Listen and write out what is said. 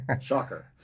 Shocker